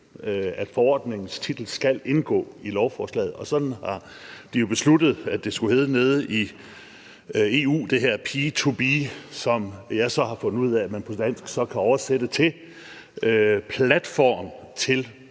at forordningens titel skal indgå i lovforslaget. Sådan har de jo nede i EU besluttet at det skulle hedde, altså det her P2B, som jeg så har fundet ud af man på dansk kan oversætte til »platform til